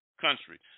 country